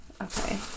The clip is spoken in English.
Okay